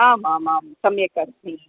आम् आम् आम् सम्यक् अस्मि